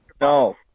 No